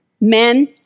men